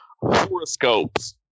horoscopes